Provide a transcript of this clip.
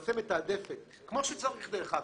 שלמעשה מתעדפת כמו שצריך דרך אגב,